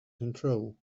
control